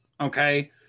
okay